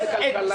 מי נגד, מי נמנע?